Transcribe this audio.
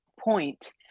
point